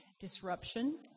disruption